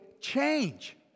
change